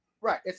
Right